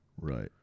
Right